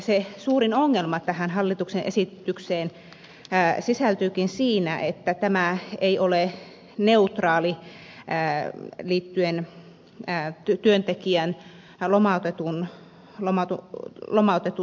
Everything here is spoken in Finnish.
se suurin ongelma tähän hallituksen esitykseen sisältyykin siihen että tämä ei ole neutraali liittyen lomautetun työntekijän tuloihin